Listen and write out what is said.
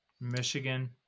Michigan